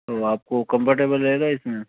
तो आपको कम्फर्टेबल रहेगा इसमें